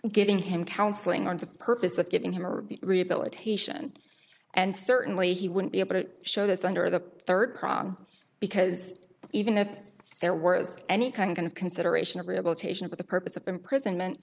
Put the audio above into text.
giving him counseling on the purpose of giving him rehabilitation and certainly he wouldn't be able to show this under the third prong because even if they're worth any kind of consideration of rehabilitation for the purpose of imprisonment